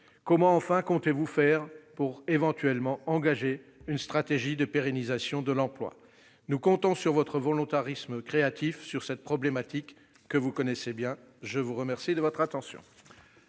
Enfin, que comptez-vous faire pour éventuellement engager une stratégie de pérennisation de l'emploi ? Nous comptons sur votre volontarisme créatif sur cette problématique, que vous connaissez bien, monsieur le secrétaire d'État.